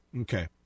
Okay